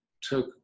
took